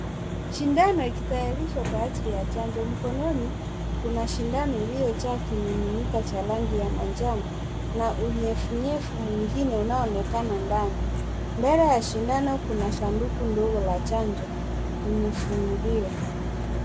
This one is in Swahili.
Shindano ikitayarishwa kwa ajili ya chanjo. Mkononi kuna shindano iliyojaa kimiminika cha rangi ya manjano na unyevu nyevu mwingine unaooonekana ndani. Mbele ya shindano kuna sanduku ndogo la chanjo limefunguliwa.